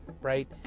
right